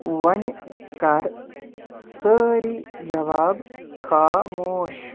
وَنہِ کر سٲری جواب خاموش